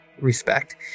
respect